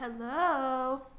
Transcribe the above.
Hello